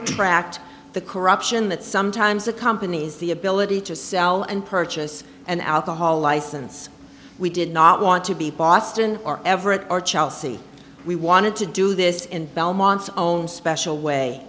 attract the corruption that sometimes accompanies the ability to sell and purchase an alcohol license we did not want to be boston or everett or chelsea we wanted to do this in belmont's own special way